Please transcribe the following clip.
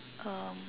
um